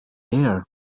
air